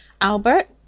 Albert